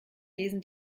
lesen